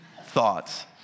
thoughts